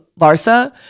Larsa